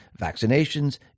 vaccinations